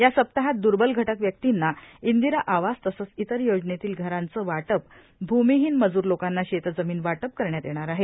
या सप्ताहात द्र्बल घटक व्यक्तींना इंदिरा आवास तसंच इतर योजनेतील घरांच वाटपए भूमिहीन मजूर लोकांना शेतजमीन वाटप करण्यात येणार आहे